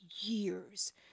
years